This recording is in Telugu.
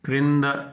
క్రింద